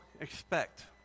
expect